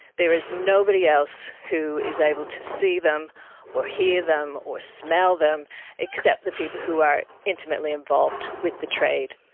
there is nobody else who is able to see them or hear them or smell them except the people who are intimately involved with the trade.